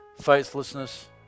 Faithlessness